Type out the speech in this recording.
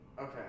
Okay